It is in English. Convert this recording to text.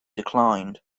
declined